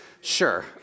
sure